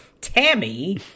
Tammy